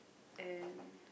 and